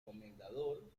comendador